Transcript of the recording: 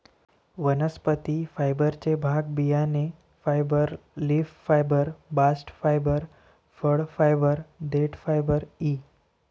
वनस्पती फायबरचे भाग बियाणे fibre, leaf fibre, bast fibre, फळ फायबर, देठ फायबर इ